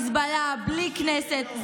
החזרת שטחים לחיזבאללה בלי כנסת.